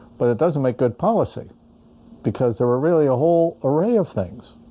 but it doesn't make good policy because there are really a whole array of things